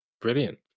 brilliant